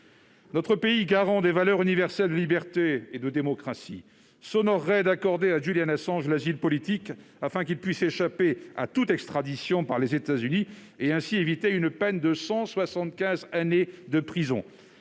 Notre pays, garant des valeurs universelles de liberté et de démocratie, s'honorerait d'accorder à Julian Assange l'asile politique, afin que celui-ci échappe à toute extradition vers les États-Unis et évite ainsi une peine de 175 années de prison.